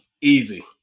Easy